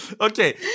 Okay